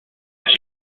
had